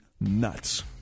nuts